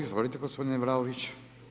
Izvolite gospodine Vlaoviću.